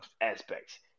aspects